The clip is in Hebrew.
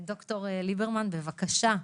ד"ר ליברמן, בבקשה.